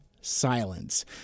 silence